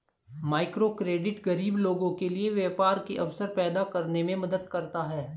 microcredit गरीब लोगों के लिए व्यापार के अवसर पैदा करने में मदद करता है